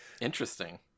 Interesting